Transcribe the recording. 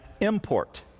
import